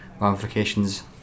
ramifications